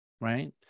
right